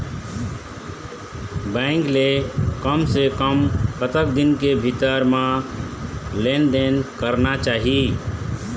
Bank ले कम से कम कतक दिन के भीतर मा लेन देन करना चाही?